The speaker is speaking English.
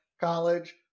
college